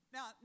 Now